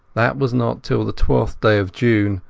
that was not till the twelfth day of june,